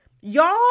Y'all